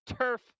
Turf